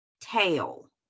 tail